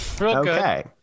Okay